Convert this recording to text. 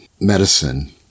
medicine